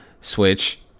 Switch